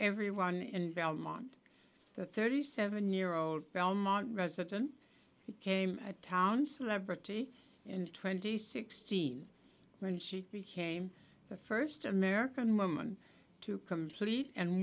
everyone in belmont the thirty seven year old belmont resident became a town celebrity in twenty sixteen when she became the first american woman to complete and